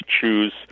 choose